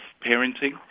parenting